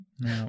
No